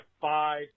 five